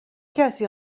کسی